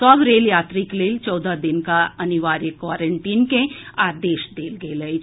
सभ रेल यात्रीक लेल चौदह दिनक अनिवार्य क्वारेंटीन के आदेश देल गेल अछि